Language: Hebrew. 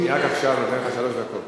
מייד עכשיו אני נותן לך שלוש דקות.